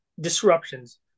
disruptions